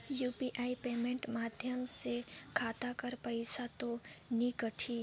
UPI payment माध्यम से खाता कर पइसा तो नी कटही?